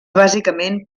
bàsicament